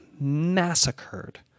massacred